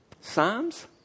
Psalms